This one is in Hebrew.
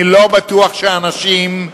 אני לא בטוח שאנשים,